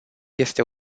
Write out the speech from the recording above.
este